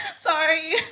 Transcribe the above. Sorry